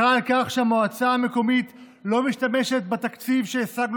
מחאה על כך שהמועצה המקומית לא משתמשת בתקציב שהשגנו